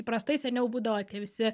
įprastai seniau būdavo tie visi